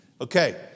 Okay